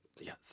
yes